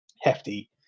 hefty